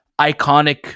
iconic